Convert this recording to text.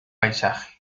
paisaje